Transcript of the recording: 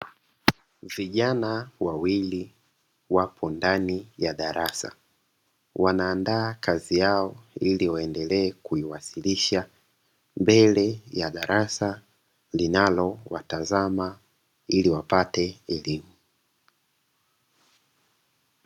Vijana wawili wapo ndani ya darasa wanaandaa kazi yao, ili waendelee kuiwasilisha mbele ya darasa linalo watazama ili wapate elimu.